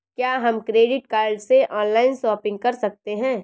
क्या हम credit card से ऑनलाइन शॉपिंग कर सकते हैं?